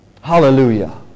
Hallelujah